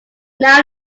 now